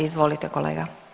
Izvolite kolega.